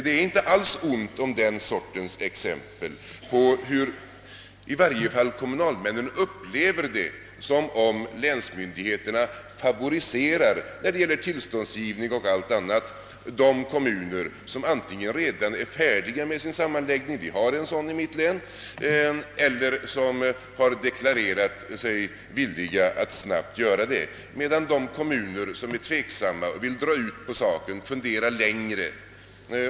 Det är inte alls ont om den sortens exempel på att kommunalmännen i varje fall upplever det som om länsmyndigheterna i fråga om tillståndsgivning och allt annat favoriserar de kommuner som antingen redan är färdiga med sin sammanläggning — vi har en sådan i vårt län — eller som deklarerat sig villiga att snabbt göra det, medan de kommuner som är tveksamma och vill dra ut på tiden funderar längre.